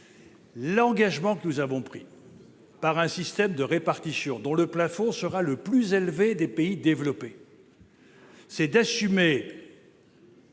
L'engagement que nous avons pris avec un système par répartition, dont le plafond sera le plus élevé des pays développés, c'est d'assumer